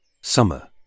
Summer